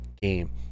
game